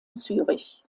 zürich